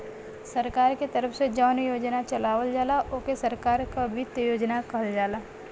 सरकार के तरफ से जौन योजना चलावल जाला ओके सरकार क वित्त योजना कहल जाला